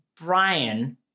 Brian